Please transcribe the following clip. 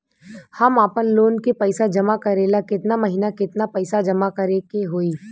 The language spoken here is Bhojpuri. हम आपनलोन के पइसा जमा करेला केतना महीना केतना पइसा जमा करे के होई?